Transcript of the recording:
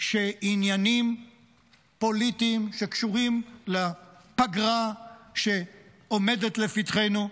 שעניינים פוליטיים שקשורים לפגרה שעומדת לפתחנו,